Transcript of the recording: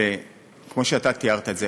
וכמו שתיארת את זה,